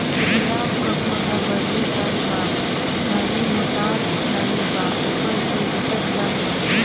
गुलाब क पौधा बढ़ले जात बा टहनी मोटात नाहीं बा ऊपर से लटक जात बा?